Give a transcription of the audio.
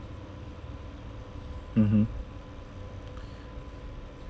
mmhmm